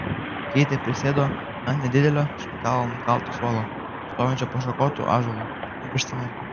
keitė prisėdo ant nedidelio iš metalo nukalto suolo stovinčio po šakotu ąžuolu ir užsimerkė